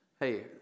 Hey